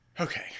Okay